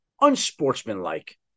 unsportsmanlike